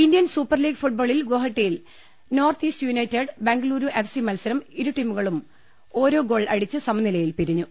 Indian Super League ഫുട്ബോളിൽ ഗുവാഹത്തിയിൽ North East United Bengaluru FC മത്സരം ഇരു് ടീമുകളും ഓരോ ഗോൾ അടിച്ച് സമനിലയിൽ പിരിഞ്ഞു